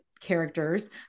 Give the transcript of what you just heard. Characters